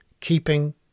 keeping